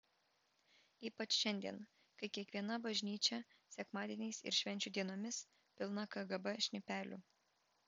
ypač šiandien kai kiekviena bažnyčia sekmadieniais ir švenčių dienomis pilna kgb šnipelių